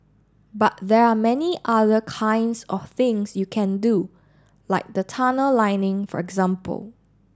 but there are many other kinds of things you can do like the tunnel lining for example